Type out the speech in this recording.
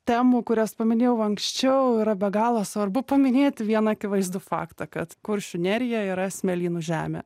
temų kurias paminėjau anksčiau yra be galo svarbu paminėti vieną akivaizdų faktą kad kuršių nerija yra smėlynų žemė